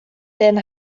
den